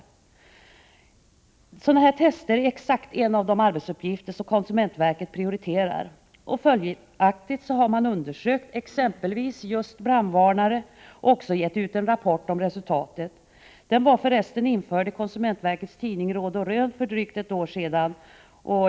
Att göra sådana tester är exakt en av de arbetsuppgifter som konsumentverket prioriterar. Följaktligen har man undersökt exempelvis just brandvarnare, och man har också avgett en rapport om resultaten. Den var för resten införd i konsumentverkets egen tidning Råd och Rön för drygt ett år sedan.